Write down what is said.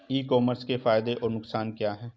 ई commerce के फायदे और नुकसान क्या हैं?